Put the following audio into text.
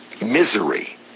misery